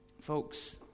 Folks